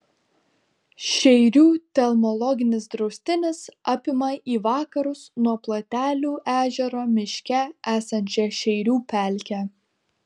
šeirių telmologinis draustinis apima į vakarus nuo platelių ežero miške esančią šeirių pelkę